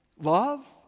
love